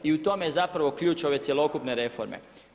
I tome je zapravo ključ ove cjelokupne reforme.